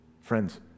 Friends